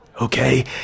okay